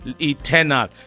eternal